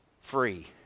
free